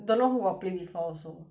don't know who got play before also